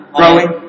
growing